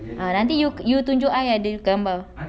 ah nanti you you tunjuk I ada gambar